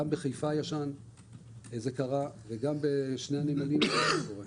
גם בנמל חיפה הישן זה קרה וגם בשני הנמלים זה קורה.